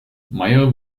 meyer